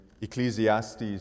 Ecclesiastes